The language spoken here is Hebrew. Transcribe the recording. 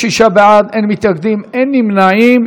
36 בעד, אין מתנגדים, אין נמנעים.